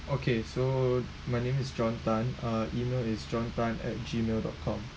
okay so my name is john Tan uh email is john Tan at gmail dot com